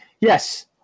Yes